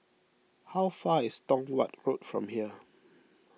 how far is Tong Watt Road from here